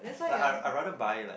like I I rather buy like